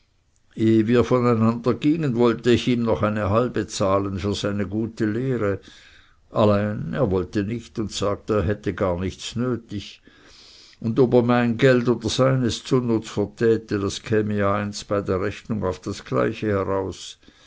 wir voneinander gingen wollte ich ihm noch eine halbe zahlen für seine gute lehre allein er wollte nicht und sagte er hätte gar nichts nötig und ob er mein geld oder seines zunnutz vertäte das käme ja einst bei der rechnung auf das gleiche heraus